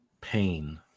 Pain